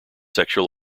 sexual